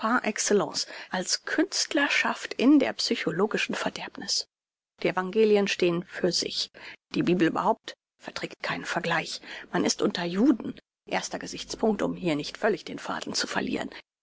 excellence als künstlerschaft in der psychologischen verderbniß die evangelien stehn für sich die bibel überhaupt verträgt keinen vergleich man ist unter juden erster gesichtspunkt um hier nicht völlig den faden zu verlieren